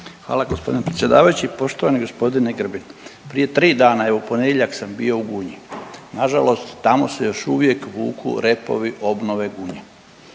Hvala gospodine predsjedavajući. Poštovani gospodine Grbin, prije tri dana evo ponedjeljak sam bio u Gunji, nažalost tamo se još uvijek vuku repovi obnove Gunje.